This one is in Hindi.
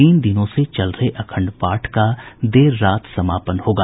तीन दिनों से चल रहे अखंड पाठ का देर रात समापन होगा